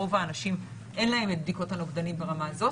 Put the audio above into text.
רוב אנשים אין להם את בדיקות הנוגדנים ברמה הזאת.